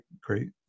great